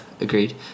agreed